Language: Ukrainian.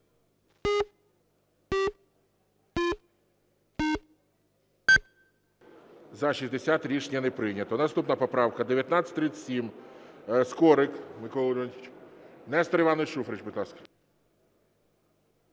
За-60 Рішення не прийнято. Наступна поправка 1937, Скорик Микола Леонідович. Нестор Іванович Шуфрич, будь ласка.